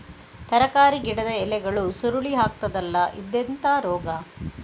ತರಕಾರಿ ಗಿಡದ ಎಲೆಗಳು ಸುರುಳಿ ಆಗ್ತದಲ್ಲ, ಇದೆಂತ ರೋಗ?